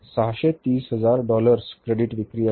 तर 630 हजार dollars credit विक्री आहे